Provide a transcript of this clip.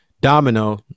domino